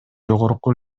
жогорку